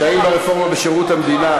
קשיים ברפורמה בשירות המדינה,